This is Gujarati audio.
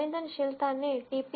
સંવેદનશીલતાને ટી